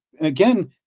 again